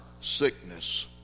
sickness